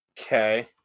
Okay